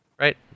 Right